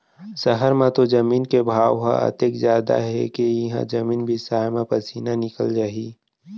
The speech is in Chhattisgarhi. सहर म तो जमीन के भाव ह अतेक जादा हे के इहॉं जमीने बिसाय म पसीना निकल जाही